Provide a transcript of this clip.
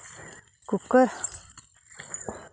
cooker